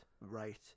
right